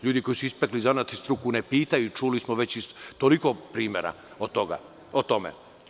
Ljudi koji su ispekli zanat i struku ne pitaju, čuli smo već iz toliko primera o tome.